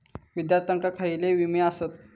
विद्यार्थ्यांका खयले विमे आसत?